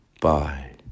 Bye